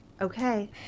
Okay